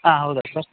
ಹಾಂ ಹೌದ ಸರ್